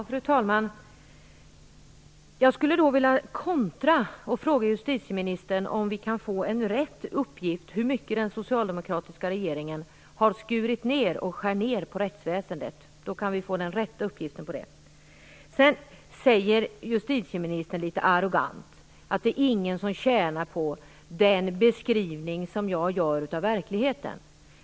Fru talman! Jag skulle vilja kontra med att fråga justitieministern om vi kan få den rätta uppgiften på hur mycket den socialdemokratiska regeringen har skurit ned och skär ned på rättsväsendet. Justitieministern säger litet arrogant att ingen tjänar på den beskrivning som jag gör av verkligheten.